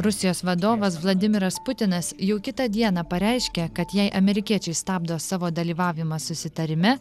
rusijos vadovas vladimiras putinas jau kitą dieną pareiškė kad jei amerikiečiai stabdo savo dalyvavimą susitarime